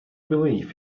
believe